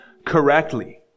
correctly